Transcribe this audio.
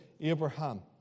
Abraham